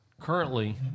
currently –